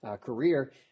career